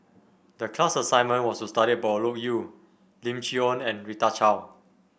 the class assignment was to study about Loke Yew Lim Chee Onn and Rita Chao